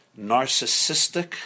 narcissistic